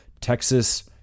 Texas